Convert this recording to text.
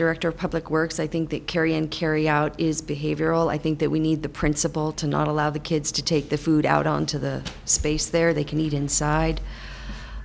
director of public works i think that carrie and carry out is behavioral i think that we need the principal to not allow the kids to take the food out on to the space there they can eat inside